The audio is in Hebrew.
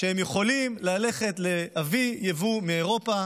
שהם יכולים ללכת להביא יבוא מאירופה